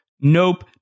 nope